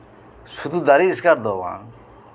ᱥᱩᱫᱷᱩ ᱫᱟᱨᱮ ᱤᱥᱠᱟᱨ ᱫᱚ ᱵᱟᱝ